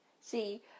See